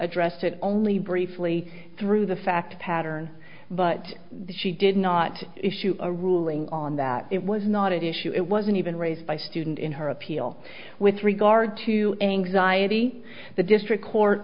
addressed it only briefly through the fact pattern but she did not issue a ruling on that it was not issue it wasn't even raised by student in her appeal with regard to anxiety the district court